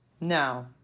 Now